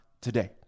today